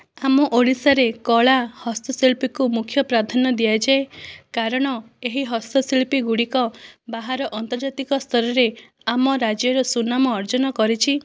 ଆମ ଓଡ଼ିଶାରେ କଳା ହସ୍ତଶିଳ୍ପୀକୁ ମୁଖ୍ୟ ପ୍ରାଧାନ୍ୟ ଦିଆଯାଏ କାରଣ ଏହି ହସ୍ତଶିଳ୍ପୀ ଗୁଡ଼ିକ ବାହାର ଅନ୍ତର୍ଜାତିକ ସ୍ତରରେ ଆମ ରାଜ୍ୟର ସୁନାମ ଅର୍ଜନ କରିଛି